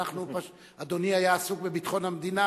אדוני היה עסוק בביטחון המדינה,